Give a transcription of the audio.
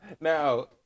Now